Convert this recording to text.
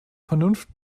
vernunft